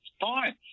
Fine